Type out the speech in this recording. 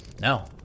No